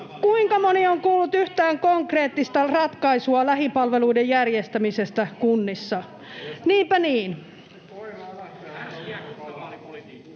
Kuinka moni on kuullut yhtään konkreettista ratkaisua lähipalveluiden järjestämisestä kunnissa? Niinpä niin.